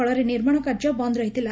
ଫଳରେ ନିର୍ମାଶ କାର୍ଯ୍ୟ ବନ୍ଦ ରହିଥିଲା